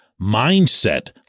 mindset